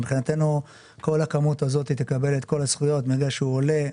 מבחינתנו כל הכמות הזאת תקבל את כל הזכויות מרגע שהוא עולה.